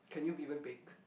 can you even bake